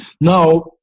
Now